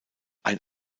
ein